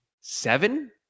seven